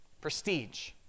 prestige